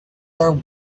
are